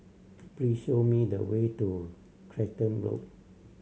please show me the way to Clacton Road